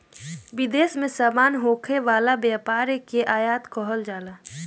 विदेश में सामान होखे वाला व्यापार के आयात कहल जाला